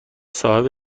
صاحب